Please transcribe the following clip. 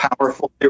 powerful